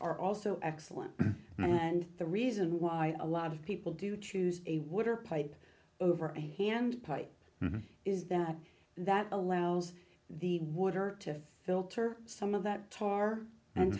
are also excellent and the reason why a lot of people do choose a water pipe over a hand pipe is that that allows the water to filter some of that tar and